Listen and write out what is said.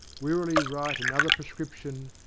wearily write another prescription,